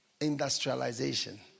Industrialization